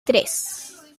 tres